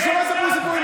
ושלא תספרו סיפורים.